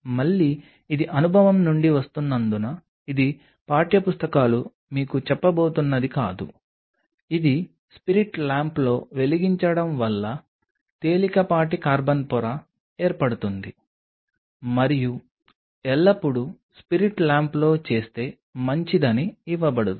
మళ్ళీ ఇది అనుభవం నుండి వస్తున్నందున ఇది పాఠ్యపుస్తకాలు మీకు చెప్పబోతున్నది కాదు ఇది స్పిరిట్ ల్యాంప్లో వెలిగించడం వల్ల తేలికపాటి కార్బన్ పొర ఏర్పడుతుంది మరియు ఎల్లప్పుడూ స్పిరిట్ ల్యాంప్లో చేస్తే మంచిదని ఇవ్వబడుతుంది